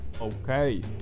Okay